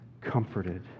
comforted